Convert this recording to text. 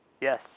Yes